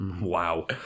Wow